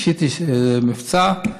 עשיתי מבצע,